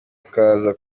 bakaza